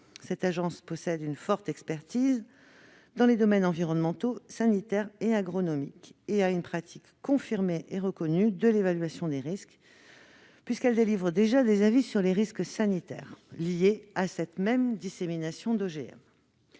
Cette agence possède une forte expertise dans les domaines environnementaux, sanitaires et agronomiques, et sa pratique de l'évaluation des risques est confirmée et reconnue, puisqu'elle délivre déjà des avis sur les risques sanitaires liés à cette même dissémination d'OGM.